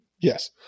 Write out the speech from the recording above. yes